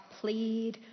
plead